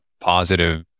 positive